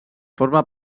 forma